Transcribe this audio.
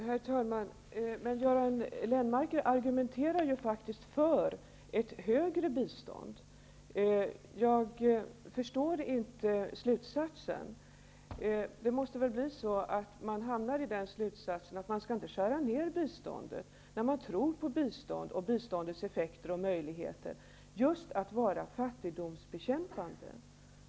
Herr talman! Göran Lennmarker argumenterar faktiskt för ett högre bistånd. Jag förstår inte slutsatsen. Slutsatsen måste alltså bli att biståndet inte skall skäras ned om man tror på bistånd och dess effekter och möjligheter att vara fattigdomsbekämpande.